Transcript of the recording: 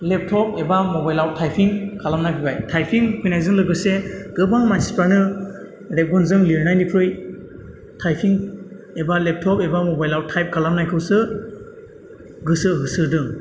laptop एबा मबाइलाव typing खालामनाय फैबाय टाइपिं फैनायजों लोगोसे गोबां मानसिफ्रानो रेबगनजों लिरनायनिख्रुइ टाइपिं एबा लेबटप एबा मबाइलाव टाइप खालामनायखौसो गोसो होसोदों